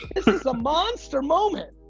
this is a monster moment.